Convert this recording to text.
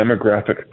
demographic